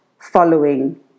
following